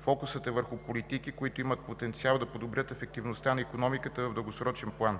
Фокусът е върху политики, които имат потенциал да подобрят ефективността на икономиката в дългосрочен план.